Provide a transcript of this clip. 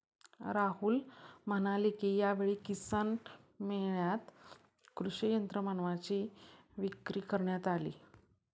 राहुल म्हणाले की, यावेळी किसान मेळ्यात कृषी यंत्रमानवांची विक्री करण्यात आली